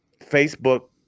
facebook